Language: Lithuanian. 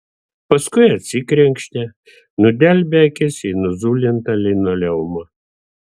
paskui atsikrenkštė nudelbė akis į nuzulintą linoleumą